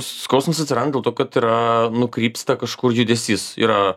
skausmas atsiran dėl to kad yra nukrypsta kažkur judesys yra